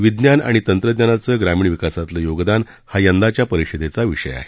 विज्ञान अणि तंत्रज्ञानाचं ग्रामीण विकासातलं योगदान हा यंदाच्या परिषदेचा विषय आहे